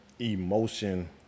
emotion